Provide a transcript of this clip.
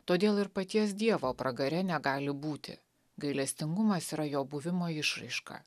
todėl ir paties dievo pragare negali būti gailestingumas yra jo buvimo išraiška